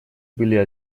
были